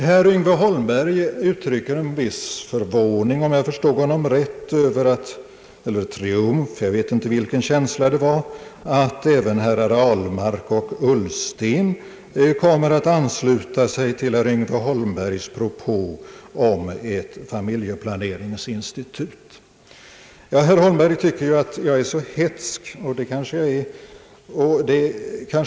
Herr Yngve Holmberg uttrycker en viss förvåning om jag förstår honom rätt, eller triumf — jag vet inte vilken känsla det var — över att även herrar Ahlmark och Ullsten kommer att ansluta sig till hans propå om ett familjeplaneringsinstitut. Herr Holmberg tycker att jag är så hätsk — och det kanske jag är.